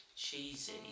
cheesy